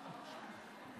בבקשה.